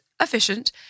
efficient